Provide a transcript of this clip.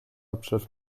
hauptstadt